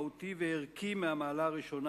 מהותי וערכי מהמעלה הראשונה,